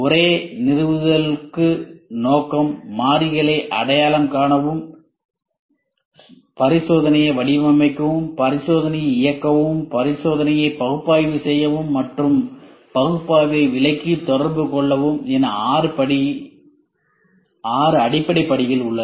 ஒரே நிறுவுதலுக்கு நோக்கம் மாறிகளை அடையாளம் காணவும் பரிசோதனையை வடிவமைக்கவும் பரிசோதனையை இயக்கவும் பரிசோதனையை பகுப்பாய்வு செய்யவும் மற்றும் பகுப்பாய்வை விளக்கி தொடர்பு கொள்ளவும் என ஆறு அடிப்படை படிகள் உள்ளன